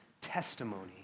testimony